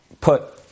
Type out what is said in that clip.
put